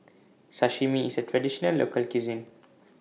Sashimi IS A Traditional Local Cuisine